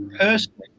Personally